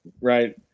Right